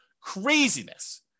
Craziness